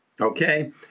Okay